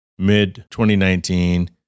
mid-2019